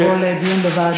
שזה יעבור לדיון בוועדה?